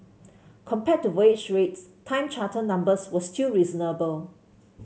compared to voyage rates time charter numbers were still reasonable